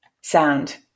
sound